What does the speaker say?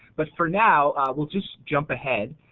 but for now we'll just jump ahead.